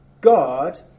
God